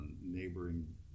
neighboring